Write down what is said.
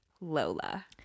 Lola